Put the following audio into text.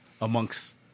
amongst